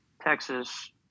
Texas